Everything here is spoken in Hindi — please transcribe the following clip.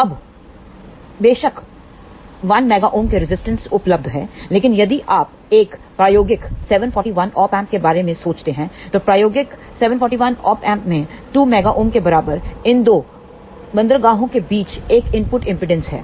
अब बेशक 1 MΩ के रजिस्टर उपलब्ध हैं लेकिन यदि आप एक प्रायोगिक 741 Op Amp के बारे में सोचते हैं तो प्रायोगिक 741 Op Amp में 2 MΩ के बराबर इन 2 बंदरगाहों के बीच एक इनपुट इंमपीडांस है